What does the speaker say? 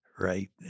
right